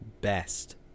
best